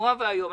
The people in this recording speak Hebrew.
נורא ואיום.